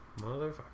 Motherfucker